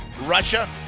Russia